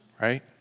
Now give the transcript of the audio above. right